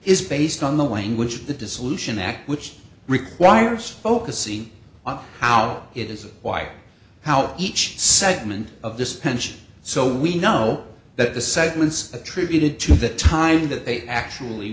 is based on the language of the dissolution act which requires focusing on how it is why how each segment of the pension so we know that the segments attributed to the time that they actually